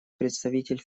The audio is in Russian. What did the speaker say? представитель